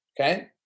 Okay